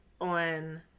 on